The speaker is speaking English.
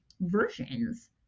versions